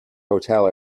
hotel